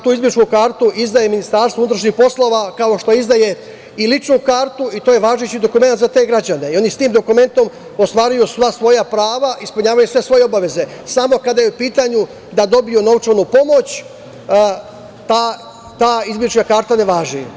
Tu izbegličku kartu izdaje Ministarstvo unutrašnjih poslova, kao što izdaje i ličnu kartu i to je važeći dokument za te građane, jer oni sa tim dokumentom ostvaruju sva svoja prava, ispunjavaju sve svoje obaveze, a samo kada je u pitanju da dobiju novčanu pomoć, ta izbeglička karta ne važi.